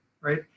right